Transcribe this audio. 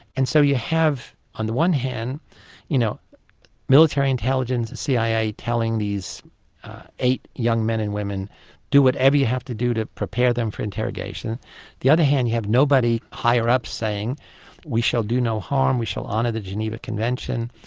and so you have on the one hand you know military intelligence, cia, telling these eight young men and women do whatever you have to do to prepare them for interrogation. on the other hand you have nobody higher up saying we shall do no harm, we shall honour the geneva convention,